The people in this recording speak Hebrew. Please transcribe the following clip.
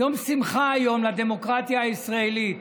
יום שמחה היום לדמוקרטיה הישראלית.